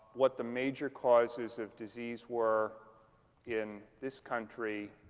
what the major causes of disease were in this country